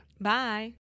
Bye